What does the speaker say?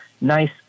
nice